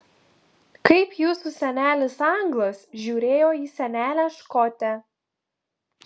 kaip jūsų senelis anglas žiūrėjo į senelę škotę